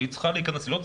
והיא צריכה להיכנס.